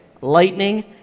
Lightning